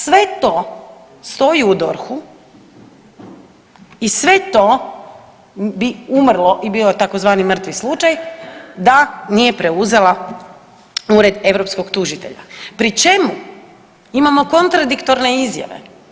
Sve to stoji u DORH-u i sve to bi umrlo i bio je tzv. mrtvi slučaj da nije preuzela Ured europskog tužitelja pri čemu imamo kontradiktorne izjave.